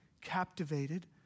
captivated